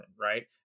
right